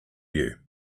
you